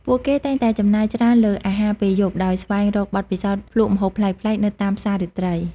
ពួកគេតែងតែចំណាយច្រើនលើអាហារពេលយប់ដោយស្វែងរកបទពិសោធន៍ភ្លក្សម្ហូបប្លែកៗនៅតាមផ្សាររាត្រី។